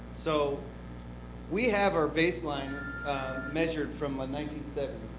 so we have our baseline measured from the nineteen seventy